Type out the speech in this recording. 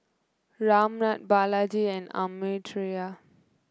Ramnath Balaji and Amartya